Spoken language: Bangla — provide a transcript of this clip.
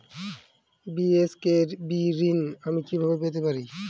বি.এস.কে.বি ঋণ আমি কিভাবে পেতে পারি?